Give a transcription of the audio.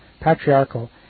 patriarchal